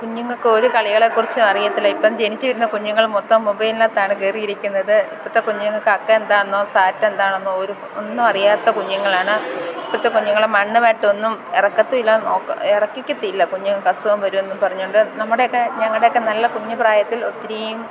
കുഞ്ഞുങ്ങൾക്കൊരു കളികളേക്കുറിച്ചുമറിയത്തില്ല ഇപ്പം ജനിച്ചു വീഴുന്ന കുഞ്ഞുങ്ങൾ മൊത്തവും മൊബൈലിനകത്താണ് കയറി ഇരിക്കുന്നത് ഇപ്പോഴത്തെ കുഞ്ഞുങ്ങൾക്ക് അക്കെന്താണെന്നോ സാറ്റെന്താണെന്നോ ഒരു ഒന്നുമറിയാത്ത കുഞ്ഞുങ്ങളാണ് ഇപ്പോഴത്തെ കുഞ്ഞുങ്ങൾ മണ്ണ് വായിലിട്ടൊന്നും ഇറക്കത്തുമില്ല നോക്ക് ഇറക്കിക്കത്തില്ല കുഞ്ഞുങ്ങൾക്ക് അസുഖം വരുമെന്നും പറഞ്ഞതു കൊണ്ട് നമ്മുടെയൊക്കെ ഞങ്ങളുടെയൊക്കെ നല്ല കുഞ്ഞു പ്രായത്തിൽ ഒത്തിരിയും